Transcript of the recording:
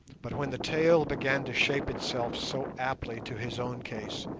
but when the tale began to shape itself so aptly to his own case,